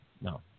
No